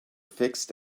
fixed